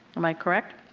am i correct?